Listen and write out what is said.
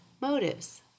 motives